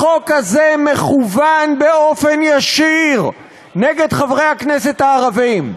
החוק הזה מכוון באופן ישיר נגד חברי הכנסת הערבים,